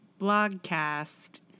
blogcast